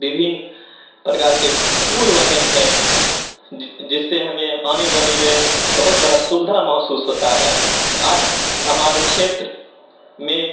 विभिन्न प्रकार के पुल बने हैं जिससे हमें आने जाने में बहुत बड़ी सुविधा महसूस होती है आज हमारे क्षेत्र में